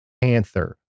Panther